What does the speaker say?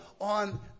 on